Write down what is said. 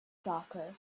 soccer